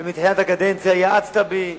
ומתחילת הקדנציה האצת בי,